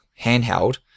handheld